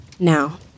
Now